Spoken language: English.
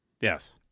Yes